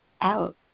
out